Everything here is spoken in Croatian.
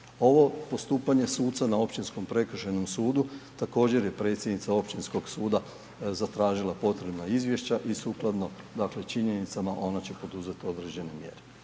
Ovo postupanje suca na Općinskom prekršajnom sudu također je predsjednica općinskom suda zatražila potrebna izvješća i sukladno dakle činjenicama ona će poduzeti određene mjere.